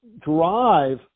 drive